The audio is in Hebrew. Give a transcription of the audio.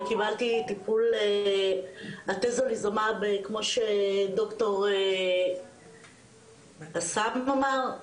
וקיבלתי אטזוליזומאב כמו שדוקטור סאלם אמר,